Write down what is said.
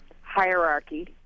hierarchy